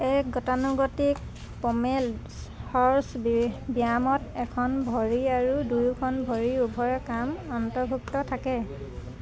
এক গতানুগতিক pommel horse ব্যায়ামত এখন ভৰি আৰু দুয়োখন ভৰি উভয়ৰে কাম অন্তৰ্ভুক্ত থাকে